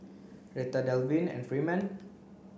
Retta Delvin and Freeman